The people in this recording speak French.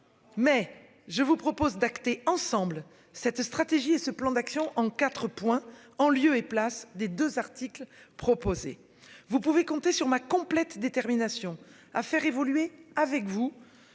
Mais je vous propose d'acter ensemble cette stratégie et ce plan d'action en 4 points en lieu et place des 2 articles proposés. Vous pouvez compter sur ma complète détermination à faire évoluer avec vous